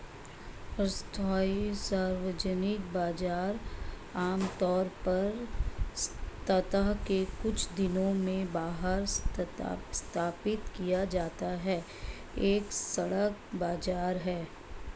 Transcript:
अस्थायी सार्वजनिक बाजार, आमतौर पर सप्ताह के कुछ दिनों में बाहर स्थापित किया जाता है, एक सड़क बाजार है